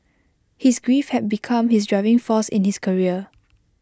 his grief had become his driving force in his career